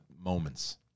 moments